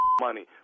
money